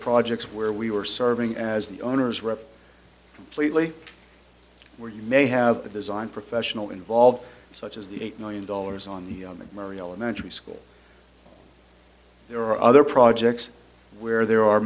projects where we were serving as the owners were completely or you may have a design professional involved such as the eight million dollars on the murray elementary school there are other projects where there are